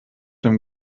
dem